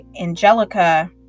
Angelica